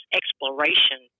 exploration